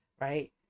right